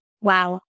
Wow